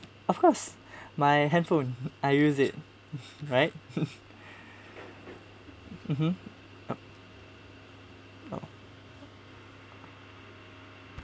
of course my handphone I use it right mmhmm oh